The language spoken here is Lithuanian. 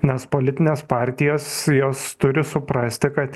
nes politinės partijos jos turi suprasti kad